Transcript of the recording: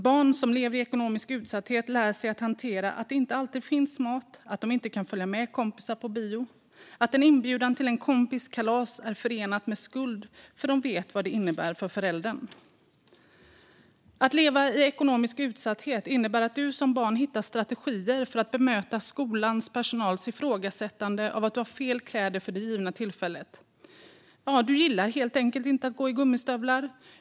Barn som lever i ekonomisk utsatthet lär sig att hantera att det inte alltid finns mat, att de inte kan följa med kompisar på bio, att en inbjudan till en kompis kalas är förenad med skuld för att de vet vad det innebär för föräldern. Att leva i ekonomisk utsatthet innebär att du som barn hittar strategier för att bemöta skolans personals ifrågasättande av att du har fel kläder för det givna tillfället. Du gillar helt enkelt inte att gå i gummistövlar.